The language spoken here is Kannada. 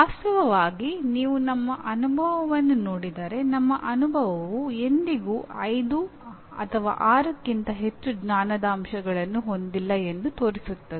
ವಾಸ್ತವವಾಗಿ ನೀವು ನಮ್ಮ ಅನುಭವವನ್ನು ನೋಡಿದರೆ ನಮ್ಮ ಅನುಭವವು ಎಂದಿಗೂ 5 6ಕ್ಕಿಂತ ಹೆಚ್ಚು ಜ್ಞಾನದ ಅಂಶಗಳನ್ನು ಹೊಂದಿಲ್ಲ ಎಂದು ತೋರಿಸುತ್ತದೆ